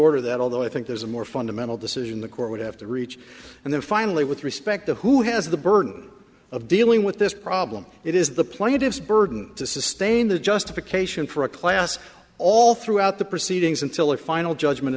order that although i think there's a more fundamental decision the court would have to reach and then finally with respect to who has the burden of dealing with this problem it is the plaintiff's burden to sustain the justification for a class all throughout the proceedings until a final judgment